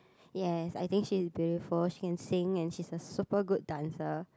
yes I think she is beautiful she can sing and she's a super good dancer